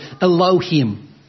Elohim